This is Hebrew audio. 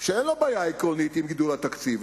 שאין לו בעיה עקרונית עם גידול התקציב.